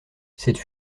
cette